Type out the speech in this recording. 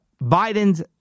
Biden's